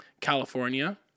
California